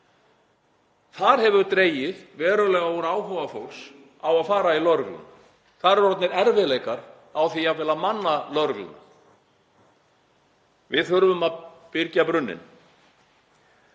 Þar hefur dregið verulega úr áhuga fólks á að fara í lögregluna og orðnir erfiðleikar í því jafnvel að manna lögregluna. Við þurfum að byrgja brunninn.